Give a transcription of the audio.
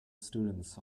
students